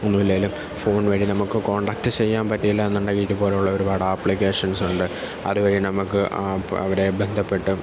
ഒന്നുമില്ലെങ്കിലും ഫോൺ വഴി നമുക്ക് കോണ്ടാക്ട് ചെയ്യാൻ പറ്റിയില്ലായെന്നുണ്ടെങ്കിൽ ഇതുപോലുള്ള ഒരുപാട് ആപ്പ്ളിക്കേഷൻസുണ്ട് അതുവഴി നമുക്ക് അവരെ ബന്ധപ്പെട്ട്